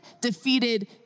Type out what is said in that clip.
defeated